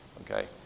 okay